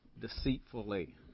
deceitfully